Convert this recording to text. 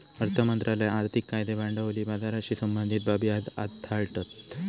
अर्थ मंत्रालय आर्थिक कायदे भांडवली बाजाराशी संबंधीत बाबी हाताळता